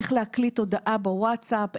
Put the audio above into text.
איך להקליט הודעה בוואטסאפ.